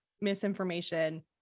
misinformation